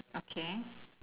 okay